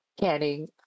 canning